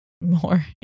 more